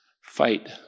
fight